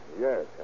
Yes